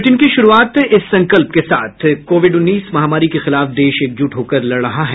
bulletin की शुरूआत से पहले ये संकल्प कोविड उन्नीस महामारी के खिलाफ देश एकजुट होकर लड़ रहा है